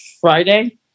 Friday